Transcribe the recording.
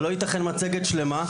אבל לא יתכן מצגת שלמה,